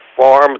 farm